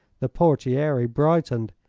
the portiere brightened.